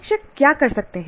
शिक्षक क्या कर सकते हैं